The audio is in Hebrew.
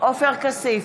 עופר כסיף,